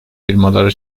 firmaları